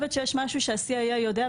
כמו שבהרבה פעמים, הבעיה היא